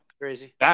crazy